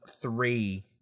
three